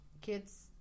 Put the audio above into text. kids